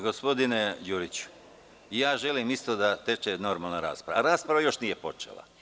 Gospodine Đuriću, želim da teče normalna rasprava, ali rasprava još nije počela.